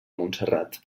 montserrat